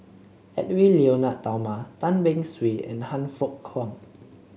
Edwy Lyonet Talma Tan Beng Swee and Han Fook Kwang